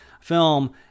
film